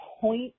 point